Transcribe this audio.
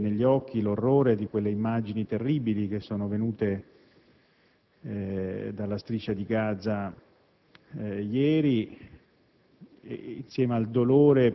Abbiamo tutti nella mente, negli occhi l'orrore di quelle immagini terribili venute ieri dalla Striscia di Gaza.